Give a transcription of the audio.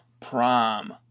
Prime